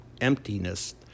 emptiness